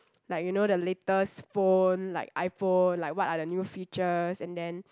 like you know the latest phone like iPhone like what are the new features and then